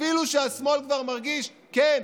אפילו שהשמאל כבר מרגיש: כן,